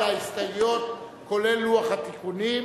ההסתייגויות, כולל לוח התיקונים,